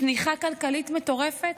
צניחה כלכלית מטורפת?